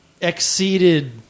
exceeded